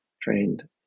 trained